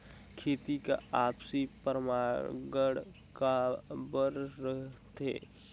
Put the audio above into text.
खेती ला आपसी परागण काबर करथे?